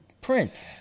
print